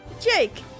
Jake